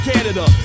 Canada